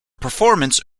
performance